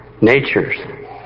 natures